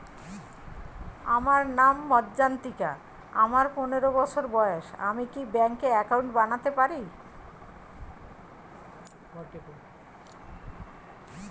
আমার নাম মজ্ঝন্তিকা, আমার পনেরো বছর বয়স, আমি কি ব্যঙ্কে একাউন্ট বানাতে পারি?